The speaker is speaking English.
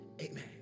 amen